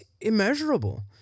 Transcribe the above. immeasurable